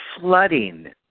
flooding